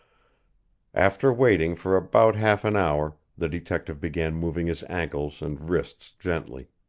after waiting for about half an hour, the detective began moving his ankles and wrists gently.